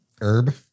Herb